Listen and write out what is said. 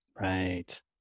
Right